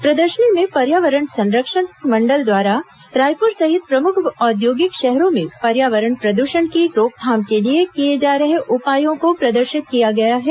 प्रदर्शनी में पर्यावरण संरक्षण मंडल द्वारा रायपुर सहित प्रमुख औद्योगिक शहरों में पर्यावरण प्रदृषण की रोकथाम के लिए किए जा रहे उपायों को प्रदर्शित किया गया है